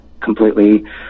completely